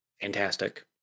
Fantastic